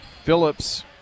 Phillips